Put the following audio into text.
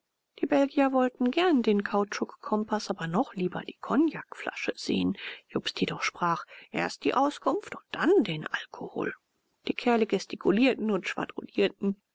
die belgier wollten gern den kautschukkompaß aber noch lieber die kognakflasche sehen jobst jedoch sprach erst die auskunft und dann den alkohol die kerle gestikulierten und schwadronierten